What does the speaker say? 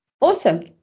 awesome